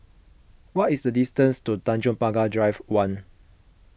what is the distance to Tanjong Pagar Drive one